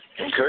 Okay